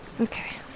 Okay